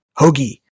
Hoagie